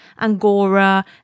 angora